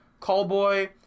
Callboy